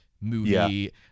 movie